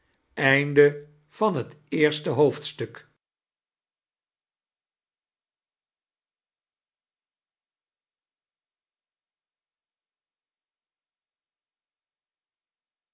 verwacht het eerste